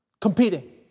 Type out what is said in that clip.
Competing